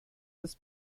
des